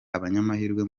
abanyamahirwe